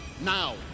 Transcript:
Now